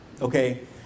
okay